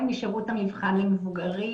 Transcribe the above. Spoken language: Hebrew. משירות המבחן למבוגרים.